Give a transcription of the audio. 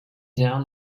down